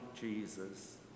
Jesus